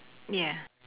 yeah